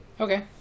Okay